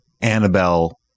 annabelle